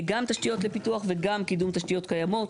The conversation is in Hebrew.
גם תשתיות לפיתוח וגם קידום תשתיות קיימות.